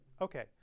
Okay